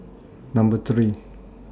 Number three